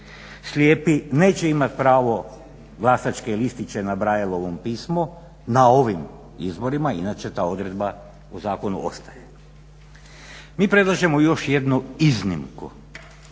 Slijepi neće imati pravo glasačke listiće na Braileovom pismu na ovim izborima, inače ta odredba u zakonu ostaje. Mi predlažemo još jednu iznimku